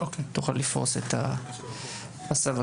אז אסף,